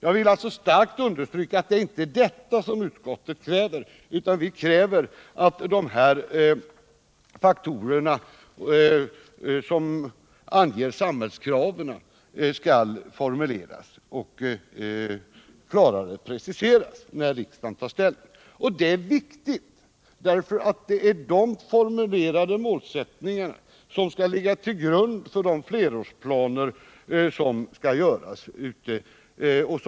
Jag vill alltså starkt understryka att det inte är detta utskottet kräver, utan vi kräver att de faktorer som anger samhällskraven skall formuleras och klarare preciseras när riksdagen tar ställning. Och det är viktigt därför att det är de formulerade målsättningarna som skall ligga till grund för de flerårsplaner som skall göras upp.